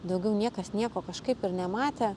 daugiau niekas nieko kažkaip ir nematė